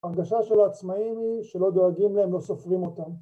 הרגשה של העצמאים היא שלא דואגים להם, לא סופרים אותם